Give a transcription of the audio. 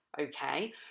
okay